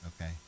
Okay